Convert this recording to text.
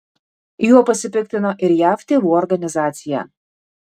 juo pasipiktino ir jav tėvų organizacija